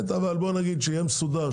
אבל בואו נגיד שיהיה מסודר,